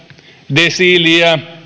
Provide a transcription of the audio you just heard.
desiilin